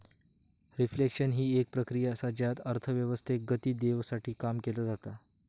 reflection हि एक प्रक्रिया असा ज्यात अर्थव्यवस्थेक गती देवसाठी काम केला जाता